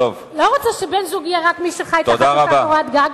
לא רוצים שבן-זוג יהיה רק מי שחי תחת אותה קורת גג,